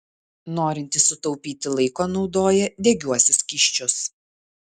norintys sutaupyti laiko naudoja degiuosius skysčius